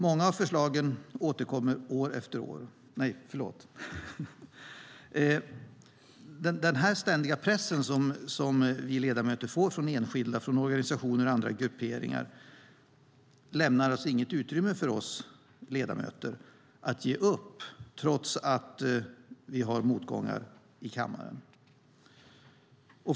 Den ständiga press som vi ledamöter upplever från enskilda, organisationer och andra grupperingar lämnar inget utrymme för oss ledamöter att ge upp trots att vi har motgångar i kammaren.